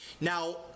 Now